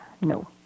No